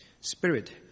spirit